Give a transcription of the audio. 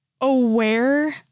aware